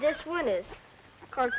this one is called